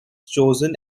chosen